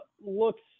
looks